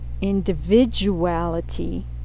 individuality